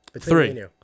Three